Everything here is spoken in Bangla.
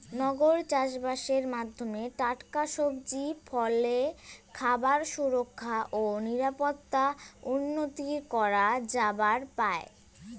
নগর চাষবাসের মাধ্যমে টাটকা সবজি, ফলে খাবার সুরক্ষা ও নিরাপত্তা উন্নতি করা যাবার পায়